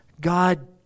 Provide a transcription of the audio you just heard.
God